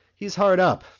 he's hard up,